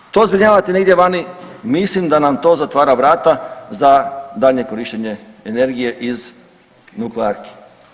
Ako ćemo to zbrinjavati negdje vani mislim da nam to zatvara vrata za daljnje korištenje energije iz nuklearki.